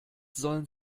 sollen